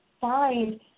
find